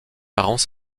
parents